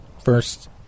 First